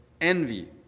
envy